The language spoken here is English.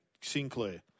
Sinclair